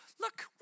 Look